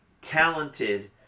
talented